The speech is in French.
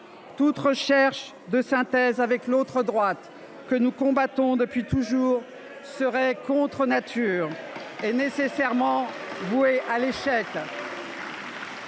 Toute recherche de synthèse avec “l’autre droite” que nous combattons depuis toujours serait contre nature et nécessairement vouée à l’échec.